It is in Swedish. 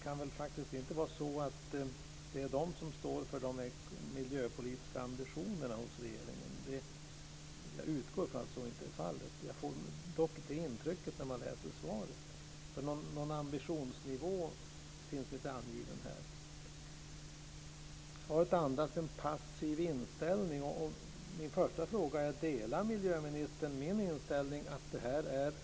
Men det kan väl inte vara så att det är verket som står för regeringens miljöpolitiska ambitioner? Jag utgår ifrån att så inte är fallet. Jag får dock det intrycket när jag läser svaret. Någon ambitionsnivå finns inte angiven där. Svaret andas en passiv inställning.